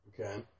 Okay